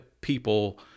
people